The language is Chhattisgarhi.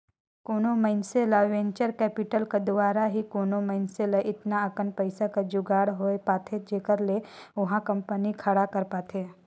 कोनो मइनसे ल वेंचर कैपिटल कर दुवारा ही कोनो मइनसे ल एतना अकन पइसा कर जुगाड़ होए पाथे जेखर ले ओहा कंपनी खड़ा कर पाथे